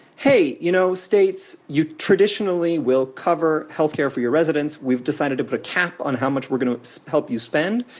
hey, you know states, you traditionally will cover health care for your residents. we've decided to put a cap on how much we're going to help you spend,